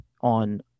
on